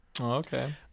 Okay